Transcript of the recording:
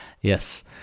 Yes